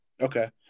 Okay